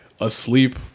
asleep